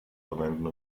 verwenden